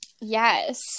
yes